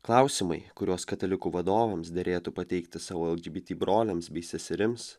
klausimai kuriuos katalikų vadovams derėtų pateikti savo lgbt broliams bei seserims